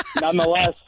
Nonetheless